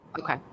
Okay